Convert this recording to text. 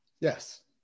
Yes